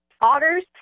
otters